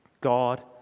God